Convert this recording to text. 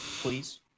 please